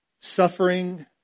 Suffering